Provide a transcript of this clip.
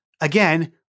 again